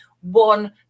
one